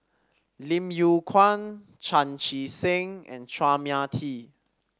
Lim Yew Kuan Chan Chee Seng and Chua Mia Tee